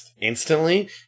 instantly